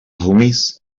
homies